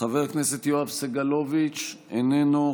חבר הכנסת יואב סגלוביץ' איננו,